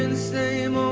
and same